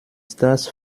stars